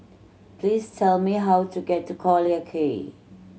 please tell me how to get to Collyer Quay